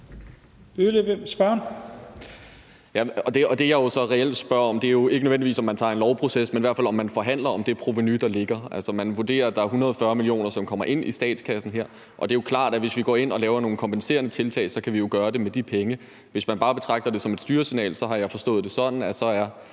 det, jeg så reelt spørger om, er jo ikke nødvendigvis, om man tager en lovproces, men om man forhandler om det provenu, der ligger. Man vurderer altså, at der er 140 mio. kr., som kommer ind i statskassen her, og det er jo klart, at hvis vi går ind og laver nogle kompenserende tiltag, kan vi gøre det med de penge. Hvis man bare betragter det som et styresignal, har jeg forstået det sådan, at så er